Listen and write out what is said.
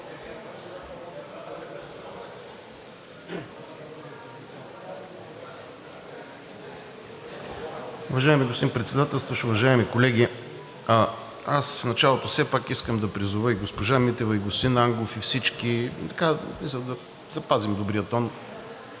Уважаеми господин Председателстващ, уважаеми колеги! Аз в началото все пак искам да призова и госпожа Митева, и господин Ангов, и всички, да запазим добрия тон.